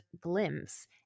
glimpse